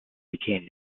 became